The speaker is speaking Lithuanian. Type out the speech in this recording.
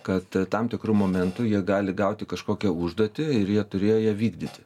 kad tam tikru momentu jie gali gauti kažkokią užduotį ir jie turėjo ją vykdyti